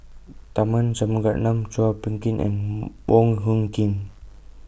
Tharman Shanmugaratnam Chua Phung Kim and Wong Hung Khim